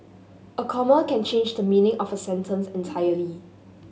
a comma can change the meaning of a sentence entirely